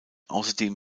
außerdem